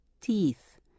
teeth